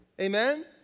Amen